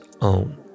own